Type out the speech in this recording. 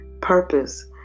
Purpose